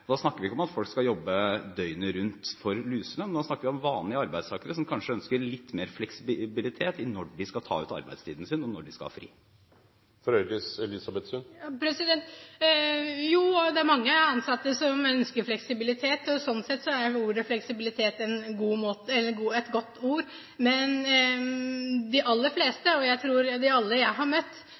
Da snakker vi ikke om at folk skal jobbe døgnet rundt for luselønn, men da snakker vi om vanlige arbeidstakere som kanskje ønsker litt mer fleksibilitet for når de skal ta ut arbeidstiden sin, og når de skal ha fri. Jo, det er mange ansatte som ønsker fleksibilitet, og sånn sett er ordet fleksibilitet et godt ord. Men de aller fleste – jeg tror alle dem jeg har møtt